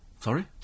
Sorry